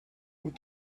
what